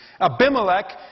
Abimelech